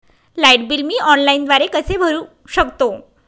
Light bill मी ऑनलाईनद्वारे कसे भरु शकतो?